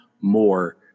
more